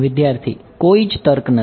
વિદ્યાર્થી કોઈ તર્ક નથી